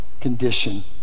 condition